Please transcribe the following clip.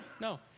no